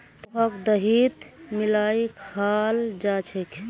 पोहाक दहीत मिलइ खाल जा छेक